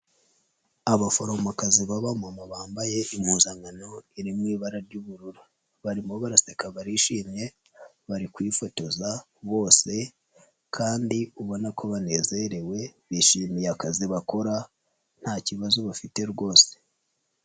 Abaforomokazi b'abamama bambaye impuzankano iri mu ibara ry'ubururu barimo baraseka barishimye bari kwifotoza bose kandi ubona ko banezerewe bishimiye akazi bakora nta kibazo bafite rwose.